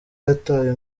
yatawe